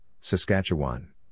Saskatchewan